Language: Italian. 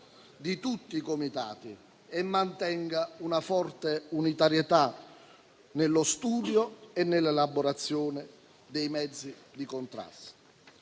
di tutti i comitati e mantenga una forte unitarietà nello studio e nell'elaborazione dei mezzi di contrasto.